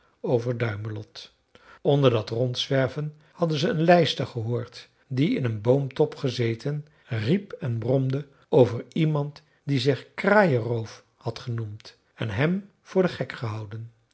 over duimelot onder dat rondzwerven hadden ze een lijster gehoord die in een boomtop gezeten riep en bromde over iemand die zich kraaienroof had genoemd en hem voor den gek gehouden